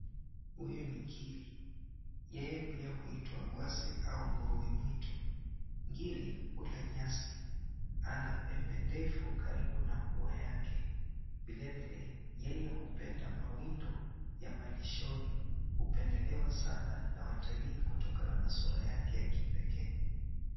Huyu ni ngiri. Yeye pia huitwa gwasi au nguruwe mwitu. Ngiri, hula nyasi. Ana pembe ndefu karibu na pua yake. Vilevile, yeye hupenda mawindo ya malishoni. Hupendelewa sana na watalii, kutokana na sura yake ya kipekee.